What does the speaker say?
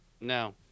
No